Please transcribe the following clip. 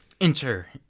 enter